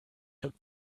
took